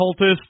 cultist